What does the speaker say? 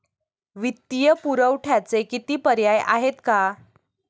वित्तीय पुरवठ्याचे किती पर्याय आहेत का?